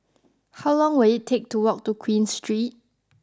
how long will it take to walk to Queen Street